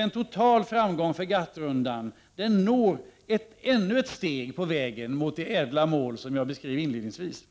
En total framgång för GATT-rundan når ännu ett steg på vägen mot det ädla mål som jag beskrev inledningsvis.